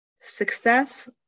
Success